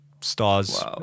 stars